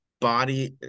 body